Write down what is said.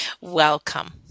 welcome